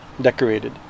decorated